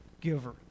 giver